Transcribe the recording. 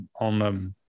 on